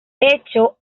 hecho